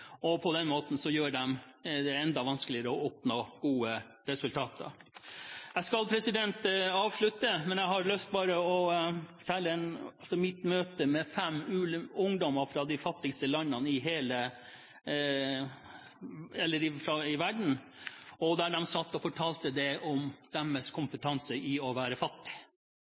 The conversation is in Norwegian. På denne måten gjør de det enda vanskeligere å oppnå gode resultater. Jeg skal avslutte, men jeg har lyst til å fortelle om mitt møte med fem ungdommer fra de fem mest fattige landene i verden da de fortalte om sin kompetanse i å være fattig. Det gjorde et utrolig sterkt inntrykk da de sa at de ikke fikk lov til å